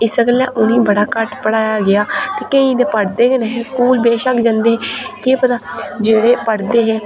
इस्सै गल्ला उनेंगी बड़ा घट्ट पढ़ाया गेआ ते केईं ते पढ़दे के नेहे स्कूल ते बेशक्क जंदे हे केह् पता जेह्ड़े पढ़दे हे